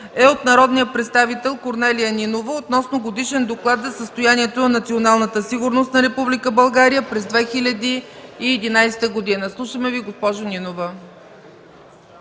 е от народния представител Корнелия Нинова относно Годишен доклад за състоянието на националната сигурност на Република България през 2011 г. Слушаме Ви, госпожо Нинова.